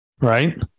right